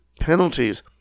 penalties